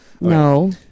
No